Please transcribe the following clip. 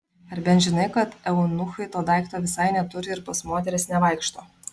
ar bent žinai kad eunuchai to daikto visai neturi ir pas moteris nevaikšto